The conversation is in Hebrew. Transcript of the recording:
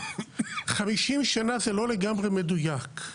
50 שנה זה לא לגמרי מדויק,